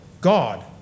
God